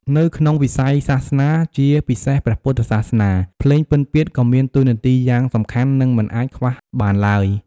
នៅក្នុងវិស័យសាសនា ជាពិសេសព្រះពុទ្ធសាសនា ភ្លេងពិណពាទ្យក៏មានតួនាទីយ៉ាងសំខាន់ និងមិនអាចខ្វះបានឡើយ។